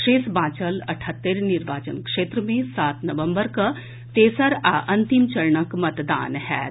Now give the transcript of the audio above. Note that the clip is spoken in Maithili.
शेष बांचल अठहत्तरि निर्वाचन क्षेत्र मे सात नवम्बर कऽ तेसर आ अंतिम चरणक मतदान होयत